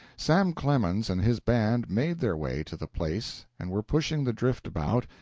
sam clemens and his band made their way to the place and were pushing the drift about,